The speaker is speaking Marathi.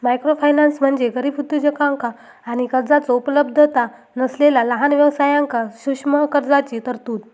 मायक्रोफायनान्स म्हणजे गरीब उद्योजकांका आणि कर्जाचो उपलब्धता नसलेला लहान व्यवसायांक सूक्ष्म कर्जाची तरतूद